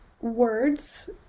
words